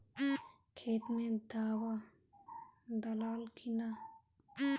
खेत मे दावा दालाल कि न?